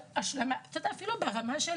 אפילו ברמה של